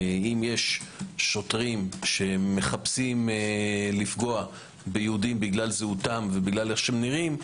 אם יש שוטרים שמחפשים לפגוע ביהודים בגלל זהותם ובגלל ואיך שהם נראים,